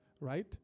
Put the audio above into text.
right